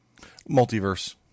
Multiverse